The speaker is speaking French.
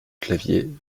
clavier